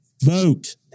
vote